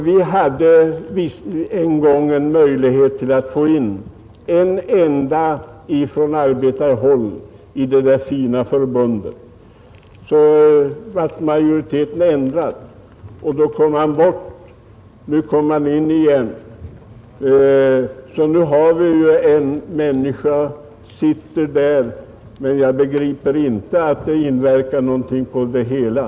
Vi hade en gång en möjlighet att få in en enda representant från arbetarhåll i det där fina förbundet; när majoriteten ändrades föll han bort, och nu kom han in igen. Nu har vi alltså en människa som sitter där, men jag kan inte begripa att det har någon inverkan på det hela.